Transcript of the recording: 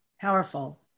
Powerful